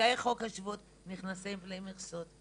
זכאי חוק השבות נכנסים בלי מכסות,